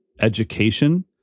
education